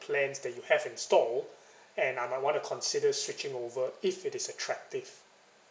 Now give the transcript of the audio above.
plans that have in store and I might want to consider switching over if it is attractive